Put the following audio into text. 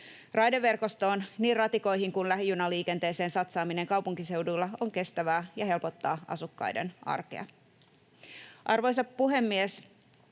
Raideverkostoon, niin ratikoihin kuin lähijunaliikenteeseen, satsaaminen kaupunkiseuduilla on kestävää ja helpottaa asukkaiden arkea. Arvoisa puhemies!